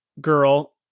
girl